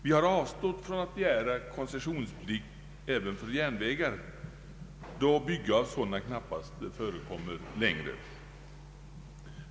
Vi har avstått från att begära koncessionsplikt för järnvägar, då utbyggnad av sådana knappast förekommer längre.